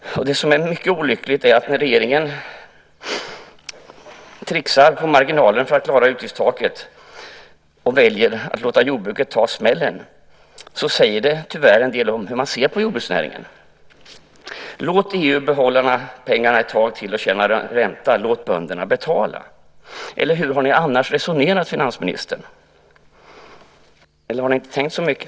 Och det som är mycket olyckligt är att när regeringen tricksar på marginalen för att klara utgiftstaket och väljer att låta jordbruket ta smällen säger det tyvärr en del om hur man ser på jordbruksnäringen: Låt EU behålla dessa pengar ett tag till och tjäna ränta, och låt bönderna betala. Eller hur har ni annars resonerat, finansministern? Eller har ni inte tänkt så mycket?